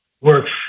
works